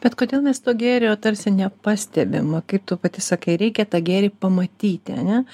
bet kodėl mes to gėrio tarsi nepastebimva kaip tu pati sakai reikia tą gėrį pamatyti ar ne